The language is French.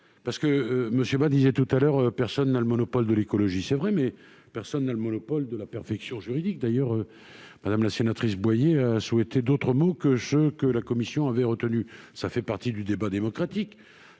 juristes. M. Bas disait que personne n'avait le monopole de l'écologie. C'est vrai, mais personne non plus n'a le monopole de la perfection juridique ! D'ailleurs, Mme la sénatrice Boyer a souhaité d'autres mots que ceux que la commission a retenus. Cela fait partie du débat démocratique.